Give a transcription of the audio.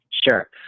sure